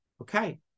Okay